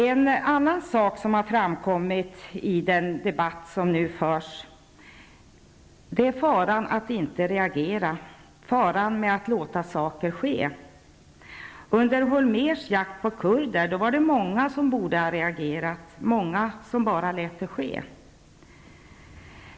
En annan sak som har framkommit i den debatt som nu förs är faran med att inte reagera -- faran med att låta saker ske. Under Holmérs jakt på kurder var det många som borde ha reagerat, många som bara lät det ske.